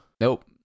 Nope